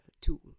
tool